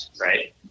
right